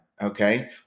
okay